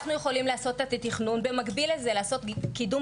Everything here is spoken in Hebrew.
אנחנו יכולים לעשות את התכנון ובמקביל לזה: לעשות קידום